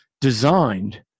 designed